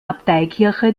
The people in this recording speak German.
abteikirche